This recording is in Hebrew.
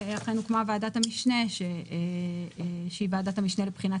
לשם כל הדברים הללו הוקמה ועדת המשנה שהיא ועדת המשנה לבחינת